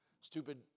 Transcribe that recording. stupid